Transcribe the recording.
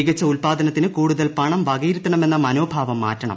മികച്ച ഉൽപാദനത്തിന് കൂടുതൽ പണം വകയിരുത്തണമെന്ന മനോഭാവം മാറ്റണം